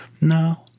No